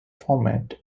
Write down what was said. format